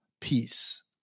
peace